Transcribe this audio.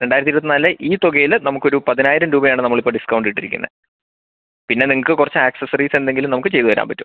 രണ്ടായിരത്തി ഇരുപത്തിനാല് ഈ തുകയിൽ നമുക്കൊരു പതിനായിരം രൂപയാണ് നമ്മൾ ഇപ്പം ഡിസ്കൗണ്ടിട്ടിരിക്കുന്നത് പിന്നെ നിങ്ങൾക്ക് കുറച്ച് ആക്സസറീസ് എന്തെങ്കിലും നമുക്ക് ചെയ്ത് തരാൻ പറ്റും